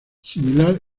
similar